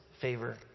favor